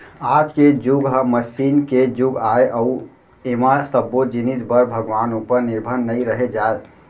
आज के जुग ह मसीन के जुग आय अउ ऐमा सब्बो जिनिस बर भगवान उपर निरभर नइ रहें जाए